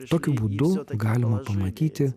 tokiu būdu galima pamatyti